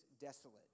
desolate